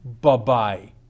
Bye-bye